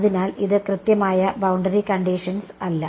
അതിനാൽ ഇത് കൃത്യമായ ബൌണ്ടറി കണ്ടിഷൻസ് അല്ല